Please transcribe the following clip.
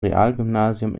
realgymnasium